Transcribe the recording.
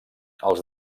els